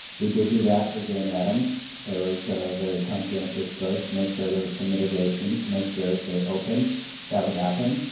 we did do that for jane addams. there was a very conscientious choice to make sure there was some mitigation to make sure as they open that would happen.